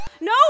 No